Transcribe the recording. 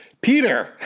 Peter